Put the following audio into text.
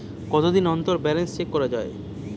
কতদিন অন্তর balance check করা য়ায়?